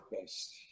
best